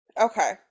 Okay